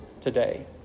today